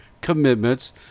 commitments